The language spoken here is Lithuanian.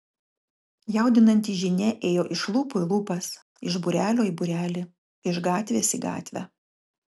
jaudinanti žinia ėjo iš lūpų į lūpas iš būrelio į būrelį iš gatvės į gatvę